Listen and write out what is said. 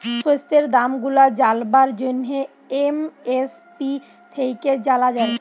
শস্যের দাম গুলা জালবার জ্যনহে এম.এস.পি থ্যাইকে জালা যায়